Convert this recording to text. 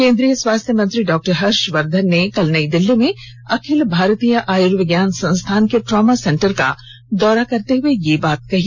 केन्द्रीय स्वास्थ्य मंत्री डॉ हर्षवर्धन ने कल नई दिल्ली में अखिल भारतीय आयुर्विज्ञान संस्थान के ट्रॉमा सेंटर का दौरा करते हुए यह बात कही